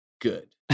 Good